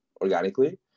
organically